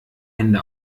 hände